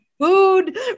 food